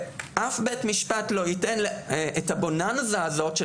אף בית משפט לא ייתן את הבוננזה הזאת של